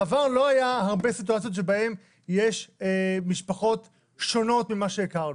בעבר לא היו הרבה סיטואציות שבהן יש משפחות שונות ממה שהכרנו.